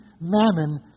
mammon